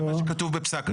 זה מה שכתוב במה שפסק בג"ץ.